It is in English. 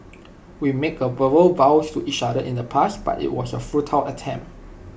we made A verbal vows to each other in the past but IT was A futile attempt